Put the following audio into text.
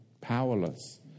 Powerless